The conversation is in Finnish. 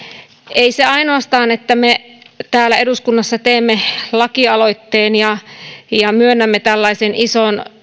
ei se ainoastaan riitä että me täällä eduskunnassa teemme lakialoitteen ja myönnämme tällaisen ison